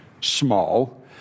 small